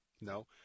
No